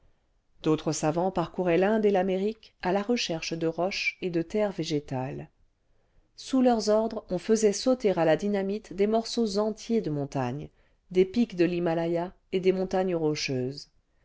d'autres savants parcouraient l'inde et l'amérique à la recherche de roches et de terres végétales sous leurs ordres on faisait sautera la dynamite des morceaux entiers de montagnes des pics de l'himalaya et des montagnes rocheuses